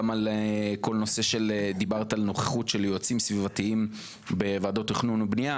גם על כל נושא הנוכחות של יועצים סביבתיים בוועדות תכנון ובנייה,